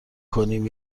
کنیم